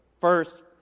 First